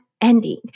ending